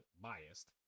biased